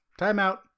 Timeout